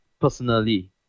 personally